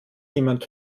jemand